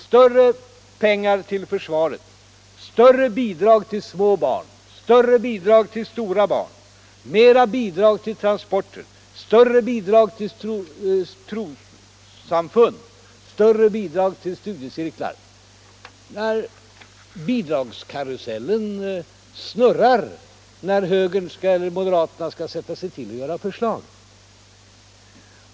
Mer pengar till försvaret, större bidrag till småbarn, större bidrag till stora barn, mera bidrag till transporter, större bidrag till trossamfund, större bidrag till studiecirklar. Bidragskarusellen snurrar när moderaterna skall sätta sig till att göra förslag.